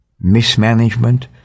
mismanagement